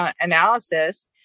analysis